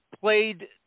played